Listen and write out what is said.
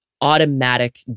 automatic